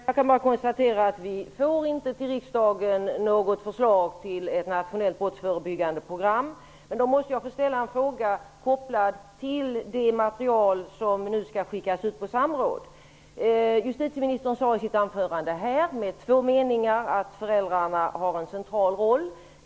Herr talman! Jag kan bara konstatera att vi till riksdagen inte får något förslag till nationellt brottsförebyggande program. Då måste jag få ställa en fråga kopplad till det material som nu skall skickas ut på samråd. Justitieministern sade i sitt anförande med två meningar att föräldrarna har en central roll.